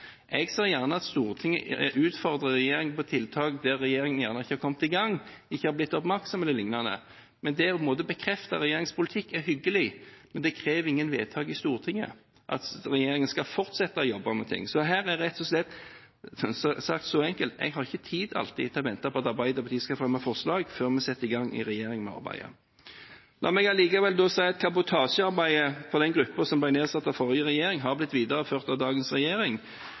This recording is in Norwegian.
Jeg ser gjerne at Stortinget utfordrer regjeringen på tiltak der regjeringen ikke har kommet i gang, ikke har blitt oppmerksom eller liknende. Å bekrefte regjeringens politikk er hyggelig, men det krever ingen vedtak i Stortinget at regjeringen skal fortsette å jobbe med noe. Her er det rett og slett sagt så enkelt som at en ikke alltid har tid til å vente på at Arbeiderpartiet skal fremme forslag før en setter i gang arbeidet i regjeringen. La meg likevel si at kabotasjearbeidet til gruppen som ble nedsatt av den forrige regjeringen, har blitt videreført av dagens regjering.